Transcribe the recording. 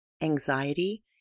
anxiety